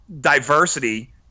diversity